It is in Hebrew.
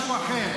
בגלל שהוא אשכנזי?